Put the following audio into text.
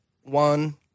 one